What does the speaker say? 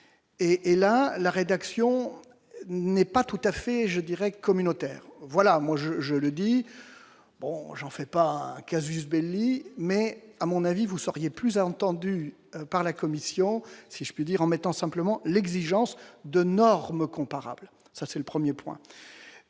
et la la rédaction n'est pas tout à fait je dirais communautaire voilà moi je, je le dis, bon, j'en fais pas un casus Belli, mais à mon avis, vous seriez plus entendu par la commission si je puis dire, en mettant simplement l'exigence de normes comparables, ça c'est le 1er point